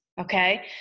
Okay